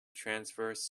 transverse